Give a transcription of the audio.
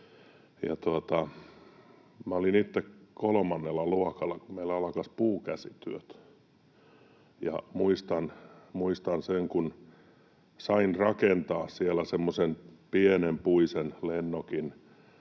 olin itse kolmannella luokalla, kun meillä alkoi puukäsityöt, ja muistan sen, kun sain rakentaa siellä semmoisen pienen puisen lennokin,